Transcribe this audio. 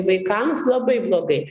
vaikams labai blogai